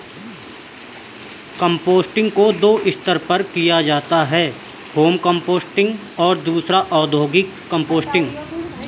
composting को दो स्तर पर किया जाता है होम कंपोस्टिंग और दूसरा औद्योगिक कंपोस्टिंग